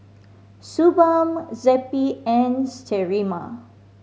Suu Balm Zappy and Sterimar